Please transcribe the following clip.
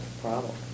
problem